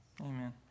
Amen